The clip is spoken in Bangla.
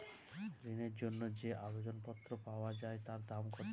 ঋণের জন্য যে আবেদন পত্র পাওয়া য়ায় তার দাম কত?